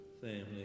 family